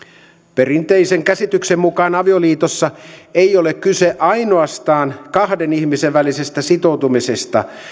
perinteisen käsityksen mukaan avioliitossa ei ole kyse ainoastaan kahden ihmisen välisestä sitoutumisesta